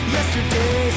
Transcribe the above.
Yesterday